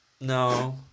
No